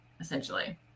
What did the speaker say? essentially